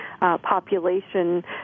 population